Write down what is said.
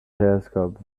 telescope